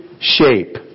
shape